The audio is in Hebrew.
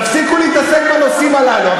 תפסיקו להתעסק בנושאים הללו.